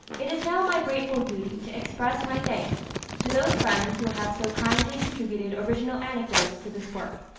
it is now my grateful duty to express my thanks to those friends who have so kindly contributed original anecdotes to this work,